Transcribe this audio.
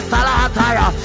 Salahataya